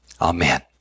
amen